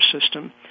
system